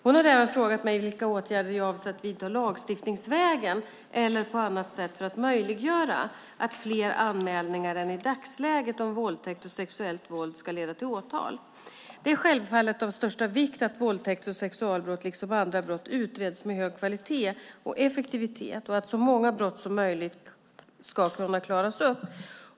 Hon har även frågat mig vilka åtgärder jag avser att vidta lagstiftningsvägen eller på annat sätt för att möjliggöra att fler anmälningar än i dagsläget om våldtäkt och sexuellt våld ska leda till åtal. Det är självfallet av största vikt att våldtäkts och sexualbrott, liksom andra brott, utreds med hög kvalitet och effektivitet för att så många brott som möjligt ska kunna klaras upp.